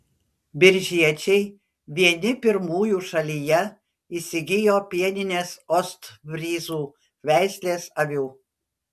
biržiečiai vieni pirmųjų šalyje įsigijo pieninės ostfryzų veislės avių